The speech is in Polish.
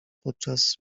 podczas